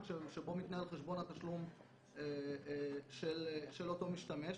שבו מתנהל חשבון התשלום של אותו משתמש.